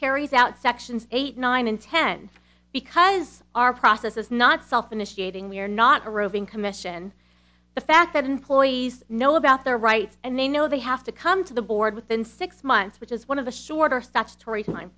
carries out sections eight nine and ten because our process is not self initiating we are not a roving commission the fact that employees know about their rights and they know they have to come to the board within six months which is one of the shorter